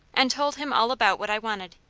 and told him all about what i wanted.